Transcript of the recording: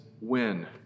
win